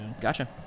Gotcha